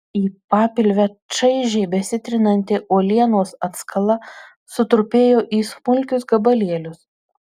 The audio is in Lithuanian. į papilvę čaižiai besitrinanti uolienos atskala sutrupėjo į smulkius gabalėlius